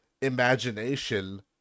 imagination